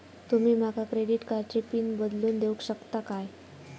तुमी माका क्रेडिट कार्डची पिन बदलून देऊक शकता काय?